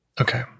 Okay